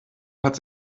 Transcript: hat